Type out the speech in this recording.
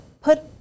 put